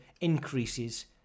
increases